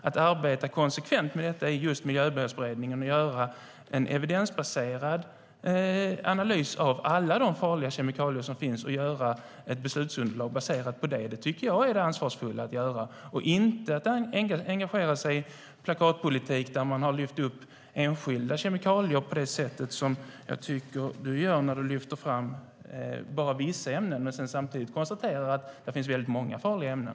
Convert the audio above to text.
Att arbeta konsekvent med detta är att låta Miljömålsberedningen göra en evidensbaserad analys av alla de farliga kemikalier som finns och göra ett beslutsunderlag baserat på det. Det tycker jag är det ansvarsfulla att göra, inte att engagera sig i plakatpolitik och lyfta fram enskilda kemikalier, som jag tycker att du gör när du lyfter fram bara vissa ämnen men samtidigt konstaterar att det finns väldigt många farliga ämnen.